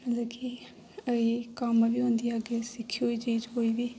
मतलब कि इ'यै कम्म बी औंदी अग्गें सिक्खी होई चीज कोई बी